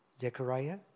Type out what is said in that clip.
Zechariah